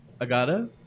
Agata